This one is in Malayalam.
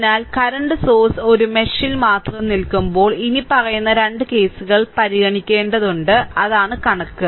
അതിനാൽ കറന്റ് സോഴ്സ് ഒരു മെഷിൽ മാത്രം നിലനിൽക്കുമ്പോൾ ഇനിപ്പറയുന്ന 2 കേസുകൾ പരിഗണിക്കേണ്ടതുണ്ട് അതാണ് കണക്ക്